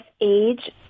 age